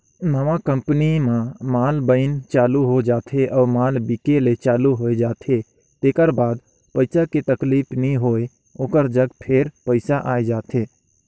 नवा कंपनी म माल बइन चालू हो जाथे अउ माल बिके ले चालू होए जाथे तेकर बाद पइसा के तकलीफ नी होय ओकर जग फेर पइसा आए जाथे